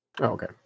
Okay